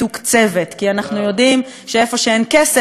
כי אנחנו יודעים שאיפה שאין כסף, גם אין כוונה.